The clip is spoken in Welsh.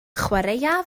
chwaraea